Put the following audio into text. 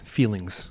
feelings